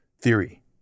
theory